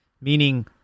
meaning